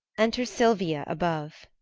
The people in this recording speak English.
enter silvia above,